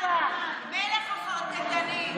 מלך החרטטנים.